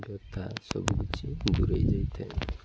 ଯଥା ସବୁ କିିଛି ଦୂରେଇ ଯାଇଥାଏ